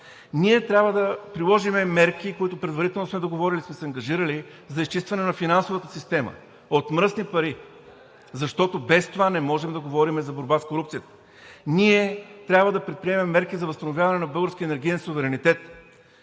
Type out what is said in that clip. Ние трябва да приложим мерки, които предварително сме договорили и сме се ангажирали, за изчистване на финансовата система от мръсни пари, защото без това не можем да говорим за борба с корупцията. Ние трябва да предприемем мерки за възстановяване на българския енергиен суверенитет.